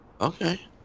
Okay